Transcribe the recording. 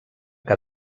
que